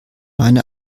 meine